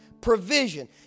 Provision